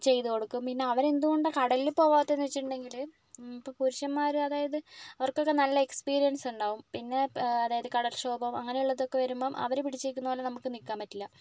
ചെയ്തുകൊടുക്കും പിന്നെ അവരെന്തുകൊണ്ടാണ് കടലിൽ പോകാത്തത് എന്ന് വച്ചിട്ടുണ്ടെങ്കില് ഇപ്പം പുരുഷൻമാര് അതായത് അവർക്കൊക്കെ നല്ല എക്സ്പീരിയൻസുണ്ടാവും പിന്നെ അതായത് കടൽക്ഷോഭം അങ്ങനെയൊള്ളതൊക്കെ വരുമ്പം അവര് പിടിച്ചുനിൽക്കുന്നത് പോലെ നമുക്ക് നില്ക്കാൻ പറ്റില്ല